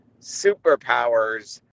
superpowers